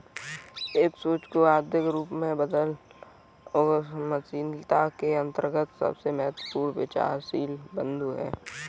एक सोच को आर्थिक रूप में बदलना उद्यमशीलता के अंतर्गत सबसे महत्वपूर्ण विचारशील बिन्दु हैं